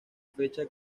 fecha